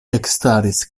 ekstaris